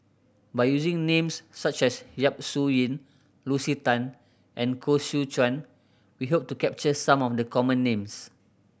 by using names such as Yap Su Yin Lucy Tan and Koh Seow Chuan we hope to capture some of the common names